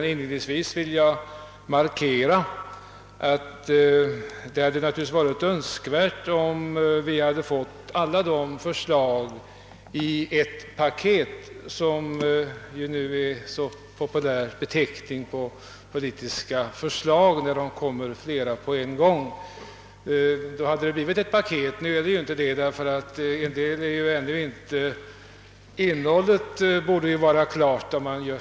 Inledningsvis vill jag framhålla att det naturligtvis hade varit önskvärt att få alla förslag beträffande bostadspolitiken i ett paket, vilket ju är en populär beteckning när det kommer flera politiska förslag på en gång. Nu blev det inte så, ty det måste ju vara klart med innehållet när ett paket slås in.